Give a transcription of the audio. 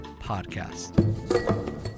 podcast